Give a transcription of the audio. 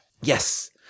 yes